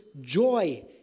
joy